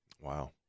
Wow